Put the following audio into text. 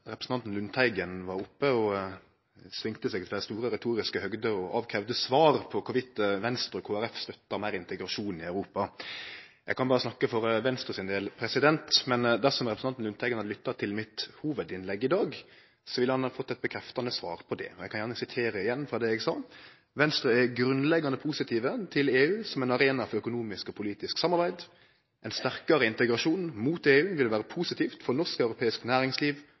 representanten Lundteigen var oppe og svinga seg til dei store retoriske høgder og kravde svar på om Venstre og Kristeleg Folkeparti støtta meir integrasjon i Europa. Eg kan berre snakke for Venstre sin del. Dersom representanten Lundteigen hadde lytta til mitt hovudinnlegg i dag, ville han ha fått eit bekreftande svar på det. Eg kan gjerne sitere frå det eg sa: «Venstre er grunnleggjande positive til EU som ein arena for økonomisk og politisk samarbeid. Ein sterkare integrasjon mot EU vil vere positivt for norsk og europeisk næringsliv,